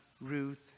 Ruth